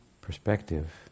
perspective